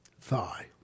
thigh